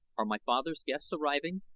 are my father's guests arriving?